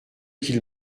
qu’il